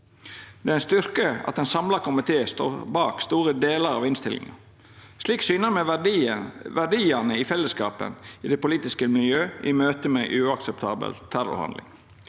Det er ein styrke at ein samla komité står bak store delar av innstillinga. Slik syner me verdiane i fellesskapen i det politiske miljøet i møte med ei uakseptabel terrorhandling.